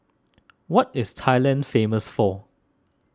what is Thailand famous for